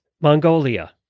Mongolia